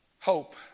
Hope